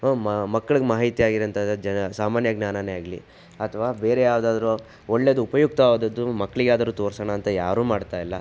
ಮ ಮಕ್ಕಳಿಗೆ ಮಾಹಿತಿಯಾಗಿರೋವಂಥದ್ದು ಜ ಸಾಮಾನ್ಯ ಜ್ಞಾನವೇ ಆಗಲಿ ಅಥವಾ ಬೇರೆ ಯಾವುದಾದ್ರೂ ಒಳ್ಳೆಯದು ಉಪಯುಕ್ತವಾದದ್ದು ಮಕ್ಕಳಿಗೆ ಯಾವ್ದಾದ್ರು ತೋರಿಸೋಣ ಅಂತ ಯಾರು ಮಾಡ್ತಾಯಿಲ್ಲ